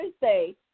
Thursday